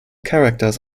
characters